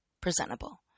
presentable